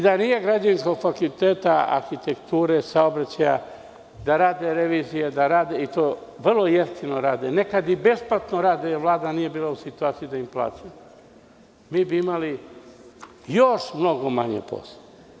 Da nije Građevinskog fakulteta, Arhitekture, Saobraćaja da rade revizije i to vrlo jeftino, nekad i besplatno rade, jer Vlada nije bila u situaciji da im plati, mi bi imali još manje posla.